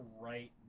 right